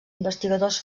investigadors